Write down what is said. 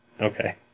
okay